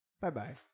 Bye-bye